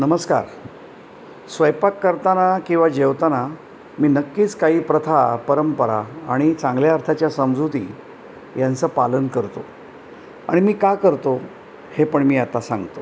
नमस्कार स्वयंपाक करताना किंवा जेवताना मी नक्कीच काही प्रथा परंपरा आणि चांगल्या अर्थाच्या समजूती यांंचं पालन करतो आणि मी का करतो हे पण मी आता सांगतो